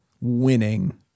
winning